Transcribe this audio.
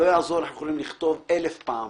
לא יעזור, אנחנו יכולים לכתוב אלף פעם